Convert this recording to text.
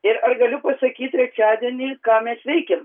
ir aš galiu pasakyt trečiadienį ką mes veikėm